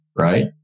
right